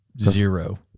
Zero